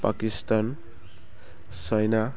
Pakistan China